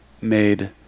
made